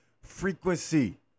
Frequency